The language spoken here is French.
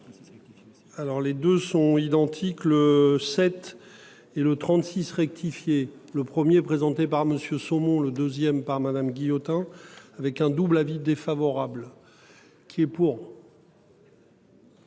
Alors les 2 sont identiques, le 7 et le 36 rectifié le 1er présenté par Monsieur saumon le deuxième par Madame Guillotin avec un double avis défavorable. Qui est pour.